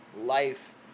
life